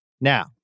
Now